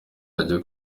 ajya